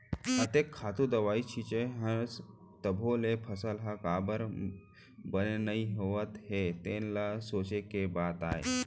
अतेक खातू दवई छींचत हस तभो ले फसल ह काबर बने नइ होवत हे तेन ह सोंचे के बात आय